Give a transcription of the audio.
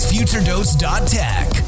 FutureDose.Tech